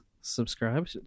subscribe